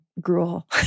gruel